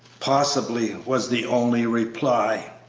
possibly! was the only reply.